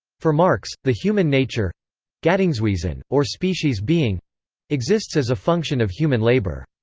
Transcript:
for marx, the human nature gattungswesen, or species-being exists as a function of human labour.